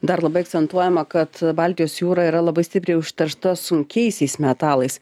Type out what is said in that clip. dar labai akcentuojama kad baltijos jūra yra labai stipriai užteršta sunkiaisiais metalais